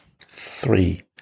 Three